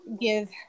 give